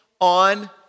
on